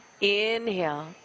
inhale